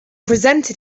presented